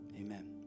Amen